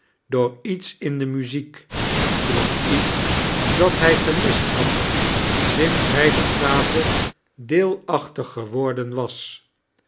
door iete in de mirziek door iets dat hij gemist hod skids hij de gave dieelachtig geworcten was